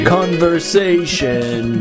conversation